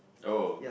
oh